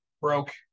broke